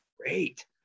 great